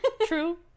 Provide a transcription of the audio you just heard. true